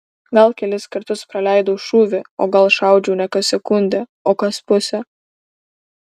gal kelis kartus praleidau šūvį o gal šaudžiau ne kas sekundę o kas pusę